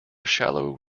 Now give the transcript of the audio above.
shallow